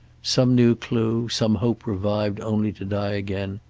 some new clue, some hope revived only to die again,